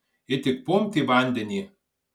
ji tik pumpt į vandenį